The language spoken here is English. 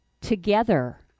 together